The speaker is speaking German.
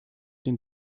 den